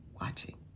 watching